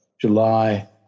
July